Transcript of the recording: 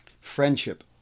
friendship